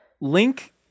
Link